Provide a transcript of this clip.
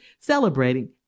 celebrating